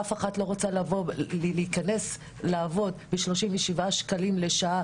אף אחת לא רוצה להיכנס ולעבוד בעבור 37 שקלים לשעה